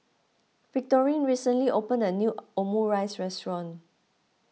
Victorine recently opened a new Omurice restaurant